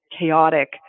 chaotic